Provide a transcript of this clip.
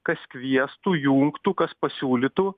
kas kviestų jungtų kas pasiūlytų